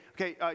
okay